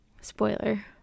spoiler